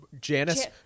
Janice